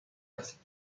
است